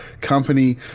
company